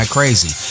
Crazy